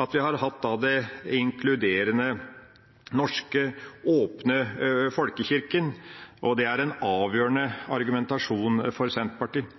at vi har hatt den inkluderende norske, åpne folkekirken, og det er et avgjørende argument for Senterpartiet